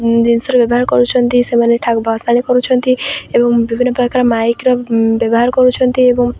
ଜିନିଷର ବ୍ୟବହାର କରୁଛନ୍ତି ସେମାନେ ଭସାଣି କରୁଛନ୍ତି ଏବଂ ବିଭିନ୍ନ ପ୍ରକାର ମାଇକ୍ର ବ୍ୟବହାର କରୁଛନ୍ତି ଏବଂ